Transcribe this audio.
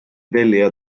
tellija